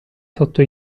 sotto